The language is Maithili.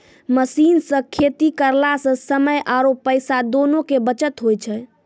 मशीन सॅ खेती करला स समय आरो पैसा दोनों के बचत होय छै